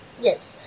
yes